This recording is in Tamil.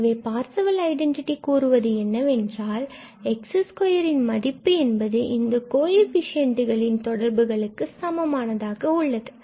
எனவே பார்சேவல் ஐடென்டிட்டி கூறுவது என்னவென்றால் x2ன் மதிப்பு என்பது இந்தக் கோஎஃபிசியண்டுகளின் தொடர்புகளுக்கு சமமானதாக உள்ளது